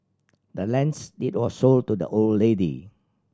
the land's deed was sold to the old lady